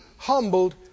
Humbled